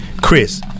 Chris